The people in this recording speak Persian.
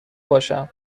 باشم